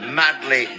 madly